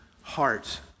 heart